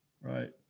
Right